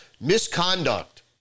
Misconduct